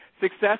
success